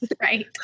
right